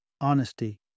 honesty